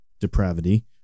depravity